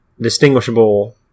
distinguishable